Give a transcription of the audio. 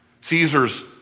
Caesar's